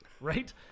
right